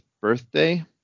birthday